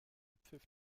pfiff